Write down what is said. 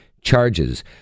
charges